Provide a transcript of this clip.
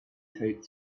tight